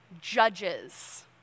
judges